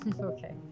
Okay